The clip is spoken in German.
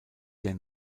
der